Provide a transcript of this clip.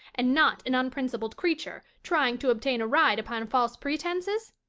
and not an unprincipled creature trying to obtain a ride upon false pretenses?